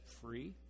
free